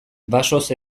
basoz